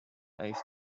ice